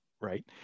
right